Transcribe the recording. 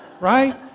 right